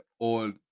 old